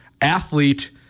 athlete